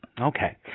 Okay